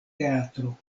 teatro